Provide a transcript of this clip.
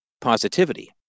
positivity